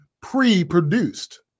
pre-produced